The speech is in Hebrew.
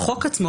החוק עצמו,